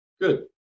good